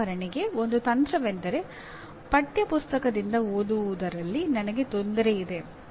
ಉದಾಹರಣೆಗೆ ಒಂದು ತಂತ್ರವೆಂದರೆ ಪಠ್ಯಪುಸ್ತಕದಿಂದ ಓದುವುದರಲ್ಲಿ ನನಗೆ ತೊಂದರೆ ಇದೆ